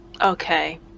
Okay